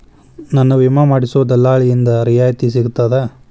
ನನ್ನ ವಿಮಾ ಮಾಡಿಸೊ ದಲ್ಲಾಳಿಂದ ರಿಯಾಯಿತಿ ಸಿಗ್ತದಾ?